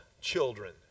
children